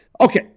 Okay